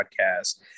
podcast